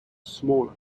smaller